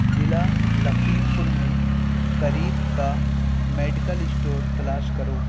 ضلع لکھیم پور میں قریب کا میڈیکل اسٹور تلاش کرو